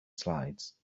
slides